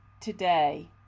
today